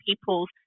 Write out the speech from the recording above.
people's